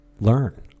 learn